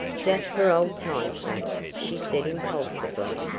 just for old time's sake, she said impulsively.